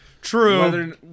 True